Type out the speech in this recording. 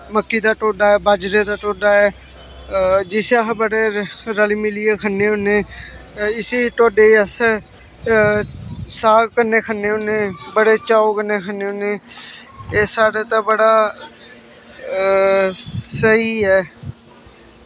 मक्की दा ढोडा ऐ बाजरे दा ढोडा ऐ जिसी अस बड़े रली मिलियै खन्ने होने इस्सी ढोडे अस साग कन्नै खन्ने होने बड़े चाव कन्नै खन्ने होने एह् साढ़े ते बड़ा स्हेई ऐ